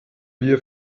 wir